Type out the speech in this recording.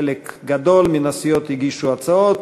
חלק גדול מן הסיעות הגישו הצעות.